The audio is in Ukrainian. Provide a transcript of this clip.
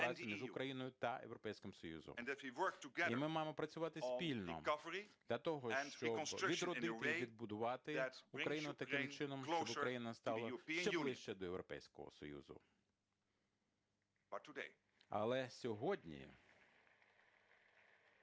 Україною та Європейським Союзом. І ми маємо працювати спільно для того, щоб відродити і відбудувати Україну таким чином, щоб Україна стала ще ближче до Європейського Союзу. Але сьогодні